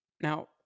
now